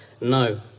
No